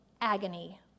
agony